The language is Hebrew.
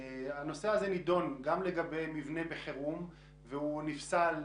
הנושא הזה נידון גם לגבי מבנה בחירום והוא נפסל,